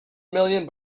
million